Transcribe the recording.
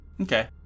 Okay